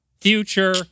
future